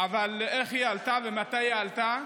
אבל איך היא עלתה ומתי היא עלתה,